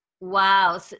Wow